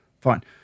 Fine